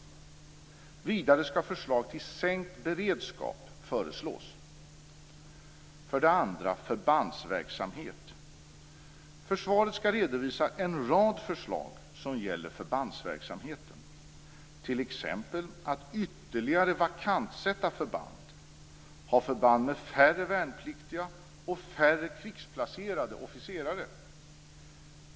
Vidare skall förslag till sänkt beredskap tas fram. För det andra gäller det förbandsverksamhet. Försvaret skall redovisa en rad förslag som gäller förbandsverksamheten. Det gäller t.ex. att ytterligare vakantsätta förband. Det gäller också att ha förband med färre värnpliktiga och färre krigsplacerade officerare.